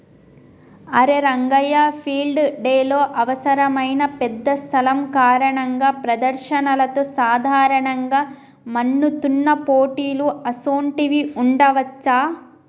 అరే రంగయ్య ఫీల్డ్ డెలో అవసరమైన పెద్ద స్థలం కారణంగా ప్రదర్శనలతో సాధారణంగా మన్నుతున్న పోటీలు అసోంటివి ఉండవచ్చా